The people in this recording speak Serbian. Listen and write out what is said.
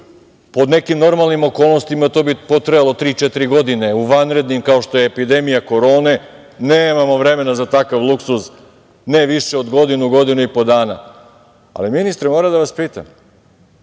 Pod nekim normalnim okolnostima to bi potrajalo tri-četiri godine, u vanrednim, kao što je epidemija korone, nemamo vremena za takav luksuz, ne više od godinu, godinu i po dana. Ali, ministre, moram da vas pitam,